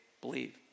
believe